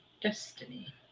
Destiny